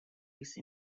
use